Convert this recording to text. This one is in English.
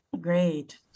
Great